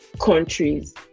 countries